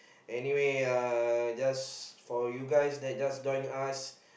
anyway uh just for you guys that just join us